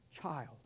child